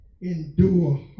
endure